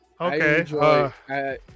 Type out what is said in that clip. Okay